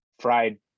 fried